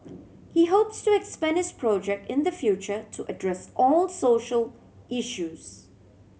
he hopes to expand his project in the future to address all social issues